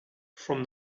from